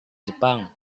jepang